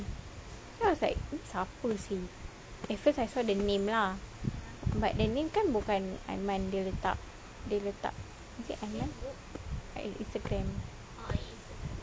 then I was like ni siapa seh at first I saw the name lah but the name kan bukan aiman dia letak dia letak is it aiman instagram